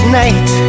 night